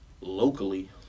locally